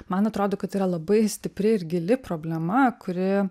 man atrodo kad yra labai stipri ir gili problema kuri